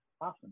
awesome